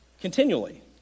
continually